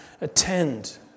attend